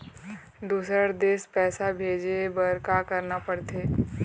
दुसर देश पैसा भेजे बार का करना पड़ते?